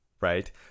right